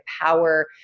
Power